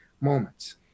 moments